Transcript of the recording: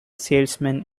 salesman